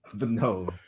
No